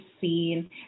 seen